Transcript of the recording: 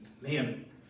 Man